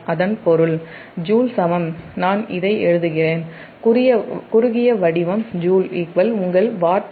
அதன் பொருள் ஜூல் சமம் நான் இதை எழுதுகிறேன் குறுகிய வடிவம் ஜூல் உங்கள் வாட் வினாடி